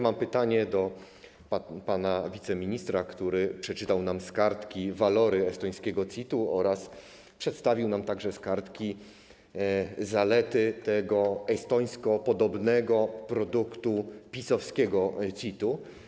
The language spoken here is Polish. Mam pytanie do pana wiceministra, który przeczytał nam z kartki walory estońskiego CIT-u oraz przedstawił nam, także z kartki, zalety tego estońskopodobnego produktu, PiS-owskiego CIT-u.